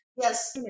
Yes